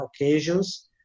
occasions